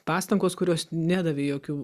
pastangos kurios nedavė jokių